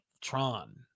Tron